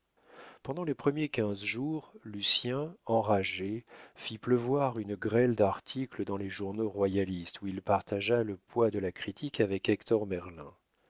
pendant les premiers quinze jours lucien enragé fit pleuvoir une grêle d'articles dans les journaux royalistes où il partagea le poids de la critique avec